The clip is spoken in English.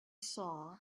saw